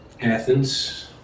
Athens